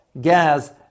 gas